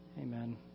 Amen